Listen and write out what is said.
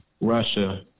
Russia